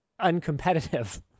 uncompetitive